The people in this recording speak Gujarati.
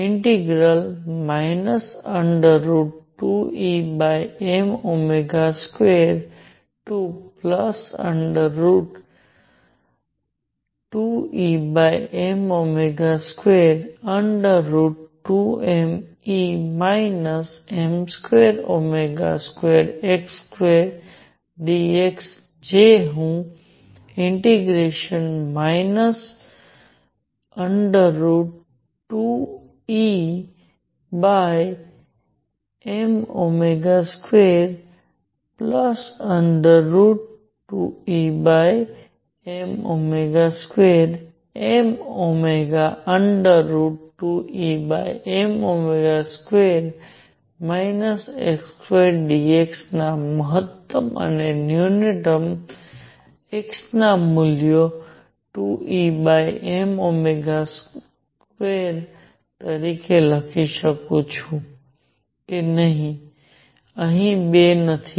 તેથી AApdx 2Em22Em22mE m22x2 dx જે હું 2Em22Em2mω2Em2 x2dx ના મહત્તમ અને ન્યૂનતમ x ના મૂલ્યોં 2Em2 તરીકે લખી શકું છું અહીં બે નથી